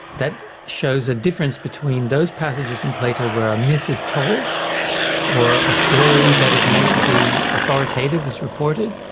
that shows a difference between those passages in plato where a myth is told or a story that is meant to be authoritative is reported,